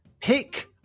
Pick